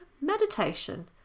meditation